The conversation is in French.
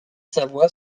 savoie